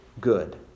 good